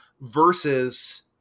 Versus